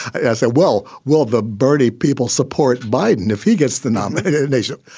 as and well. well, the birdee people support biden if he gets the nomination.